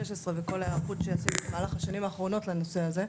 וכל ההיערכות שעשינו במהלך השנים האחרונות לנושא הזה.